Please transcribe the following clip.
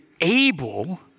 able